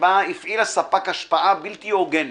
שבה הפעיל הספק השפעה בלתי הוגנת,